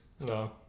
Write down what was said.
No